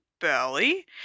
belly